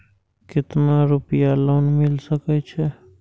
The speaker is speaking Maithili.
केतना रूपया लोन मिल सके छै?